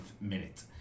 minute